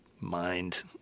mind